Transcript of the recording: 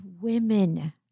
women